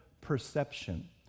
perception